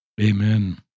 Amen